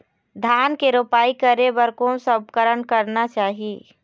धान के रोपाई करे बर कोन सा उपकरण करना चाही?